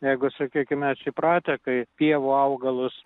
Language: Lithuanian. jeigu sakykim mes įpratę kai pievų augalus